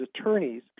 attorneys